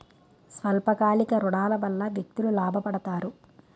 స్వల్ప కాలిక ఋణాల వల్ల వ్యక్తులు లాభ పడతారు